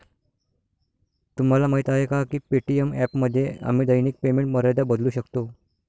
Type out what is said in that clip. तुम्हाला माहीत आहे का पे.टी.एम ॲपमध्ये आम्ही दैनिक पेमेंट मर्यादा बदलू शकतो?